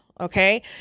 Okay